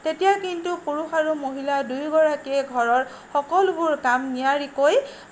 তেতিয়া কিন্তু পুৰুষ আৰু মহিলা দুয়োগৰাকীয়ে ঘৰৰ সকলোবোৰ কাম নিয়াৰিকৈ